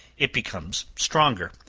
it becomes stronger,